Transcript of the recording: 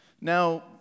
Now